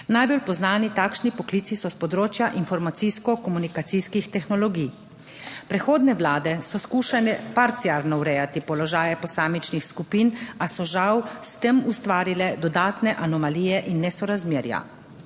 najbolj poznani takšni poklici so s področja informacijsko komunikacijskih tehnologij. Prehodne vlade so skušale parcialno urejati položaje posamičnih skupin, a so žal s tem ustvarile dodatne anomalije in nesorazmerja.